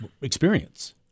experience